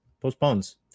Postpones